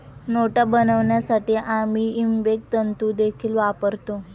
नोटा बनवण्यासाठी आम्ही इबेक तंतु देखील वापरतो